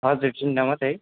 हजुर तिनवटा मात्रै